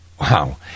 Wow